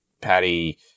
Patty